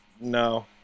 No